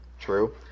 true